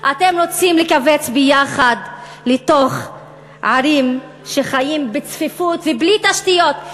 אתם רוצים לכווץ יחד לתוך ערים שחיות בצפיפות ובלי תשתיות.